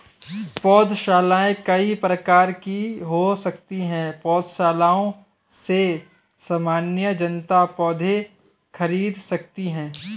पौधशालाएँ कई प्रकार की हो सकती हैं पौधशालाओं से सामान्य जनता पौधे खरीद सकती है